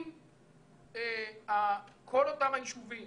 אם כל אותם היישובים